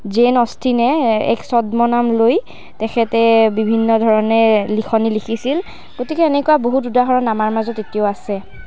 জেন অষ্টীনে এক ছদ্মনাম লৈ তেখেতে বিভিন্ন ধৰণে লিখনি লিখিছিল গতিকে এনেকুৱা বহুত উদাহৰণ আমাৰ মাজত এতিয়াও আছে